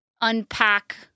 unpack